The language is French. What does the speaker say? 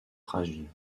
fragile